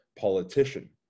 politician